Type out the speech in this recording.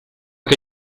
che